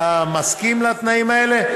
אתה מסכים לתנאים האלה?